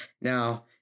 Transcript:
Now